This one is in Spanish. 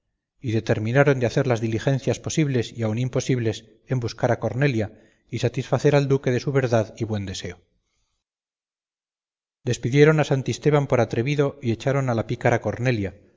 y determinaron de hacer las diligencias posibles y aun imposibles en buscar a cornelia y satisfacer al duque de su verdad y buen deseo despidieron a santisteban por atrevido y echaron a la pícara cornelia